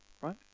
right